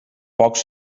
pocs